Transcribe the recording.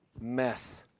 mess